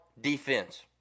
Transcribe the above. defense